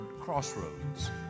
crossroads